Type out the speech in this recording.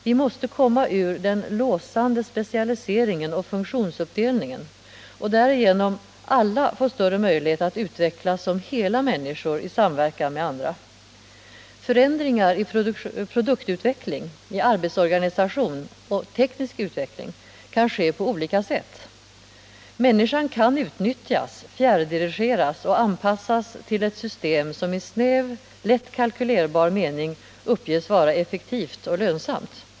Vi måste komma ur den låsande specialiseringen och funktionsuppdelningen och därigenom alla få större möjlighet att utvecklas som hela människor i samverkan med andra. Förändringar i produktutveckling, arbetsorganisation och teknisk utveckling kan ske på olika sätt. Människan kan utnyttjas, fjärrdirigeras och anpassas till ett system som i snäv, lätt kalkylerbar mening uppges vara effektivt och lönsamt.